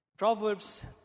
Proverbs